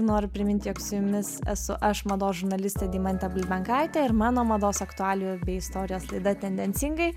noriu priminti jog su jumis esu aš mados žurnalistė deimantė bulbenkaitė ir mano mados aktualijų bei istorijos laida tendencingai